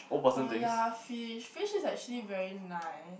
oh yeah fish fish is actually very nice